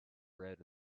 bred